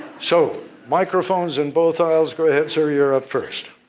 so microphones in both aisles. go ahead, sir. you're up first.